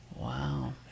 Wow